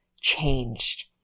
changed